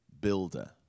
builder